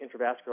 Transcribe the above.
intravascular